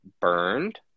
burned